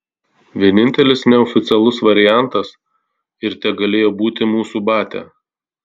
vienintelis neoficialus variantas ir tegalėjo būti mūsų batia